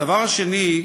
הדבר השני,